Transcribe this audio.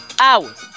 hours